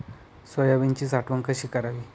सोयाबीनची साठवण कशी करावी?